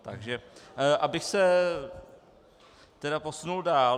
Takže abych se tedy posunul dál.